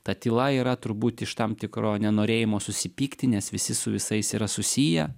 ta tyla yra turbūt iš tam tikro nenorėjimo susipykti nes visi su visais yra susiję